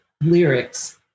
lyrics